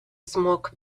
smoke